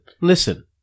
listen